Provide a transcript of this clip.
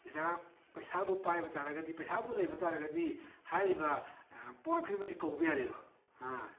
ꯖꯒꯥ ꯄꯩꯁꯥꯕꯨ ꯄꯥꯏꯕ ꯇꯥꯔꯒꯗꯤ ꯄꯩꯁꯥꯕꯨ ꯂꯩꯕ ꯇꯥꯔꯒꯗꯤ ꯍꯥꯏꯔꯤꯕ ꯄꯣꯠ ꯈꯨꯗꯤꯡꯃꯛꯁꯤ ꯀꯧꯕ ꯌꯥꯔꯦꯕ